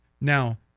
Now